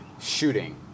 shooting